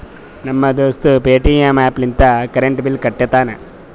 ನಮ್ ದೋಸ್ತ Paytm app ಲಿಂತೆ ಕರೆಂಟ್ ಬಿಲ್ ಕಟ್ಟತಾನ್